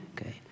okay